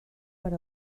per